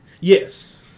Yes